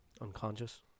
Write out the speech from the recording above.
Unconscious